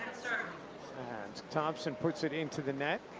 and thompson puts it into the net.